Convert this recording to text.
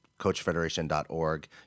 coachfederation.org